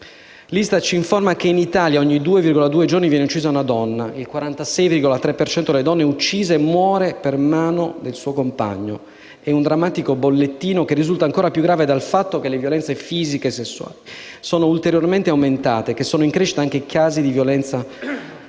L'ISTAT ci informa che In Italia ogni 2,2 giorni viene uccisa una donna. Il 46,3 per cento delle donne uccise muore per mano del suo compagno. Il drammatico bollettino risulta ancor più grave per il fatto che le violenze fisiche e sessuali sono ulteriormente aumentate e che sono in crescita anche i casi di violenza assistita.